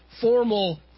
formal